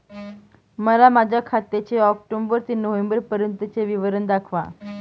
मला माझ्या खात्याचे ऑक्टोबर ते नोव्हेंबर पर्यंतचे विवरण दाखवा